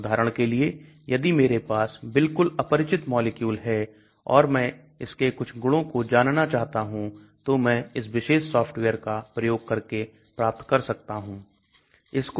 उदाहरण के लिए यदि मेरे पास बिल्कुल अपरिचित मॉलिक्यूल है और मैं इसके कुछ गुणों को जानना चाहता हूं तो मैं इस विशेष सॉफ्टवेयर का प्रयोग करके प्राप्त कर सकता हूं